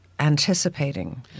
anticipating